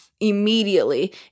immediately